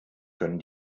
können